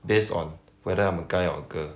based on whether I'm a guy or girl